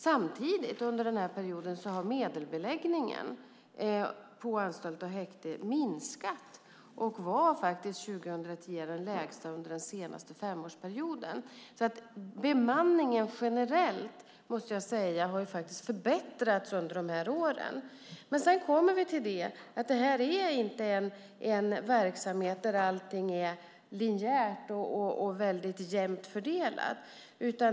Samtidigt har medelbeläggningen på anstalter och häkten under perioden minskat och var under 2010 den lägsta under den senaste femårsperioden. Bemanningen generellt har alltså faktiskt förbättrats under de här åren. Detta är dock inte en verksamhet där allting är linjärt och jämnt fördelat.